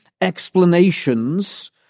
explanations